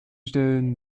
stellen